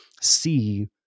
see